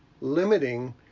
limiting